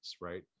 right